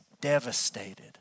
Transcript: devastated